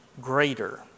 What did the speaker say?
greater